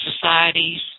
societies